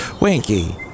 Winky